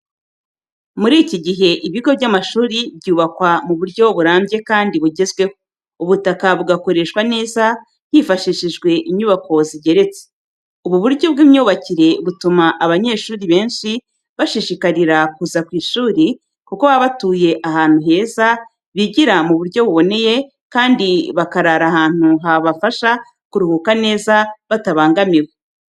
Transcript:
Muri iki gihe, ibigo by’amashuri byubakwa mu buryo burambye kandi bugezweho, ubutaka bugakoreshwa neza hifashishijwe inyubako zigeretse. Ubu buryo bw'imyubakire butuma abanyeshuri benshi bashishikarira kuza ku ishuri, kuko baba batuye ahantu heza, bigira mu buryo buboneye kandi bakarara ahantu habafasha kuruhuka neza batabangamiwe.